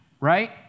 Right